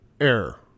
error